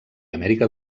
amèrica